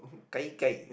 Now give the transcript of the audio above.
gai-gai